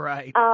Right